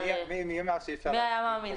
מי היה מאמין?